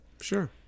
sure